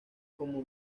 como